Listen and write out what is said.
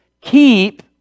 keep